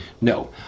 No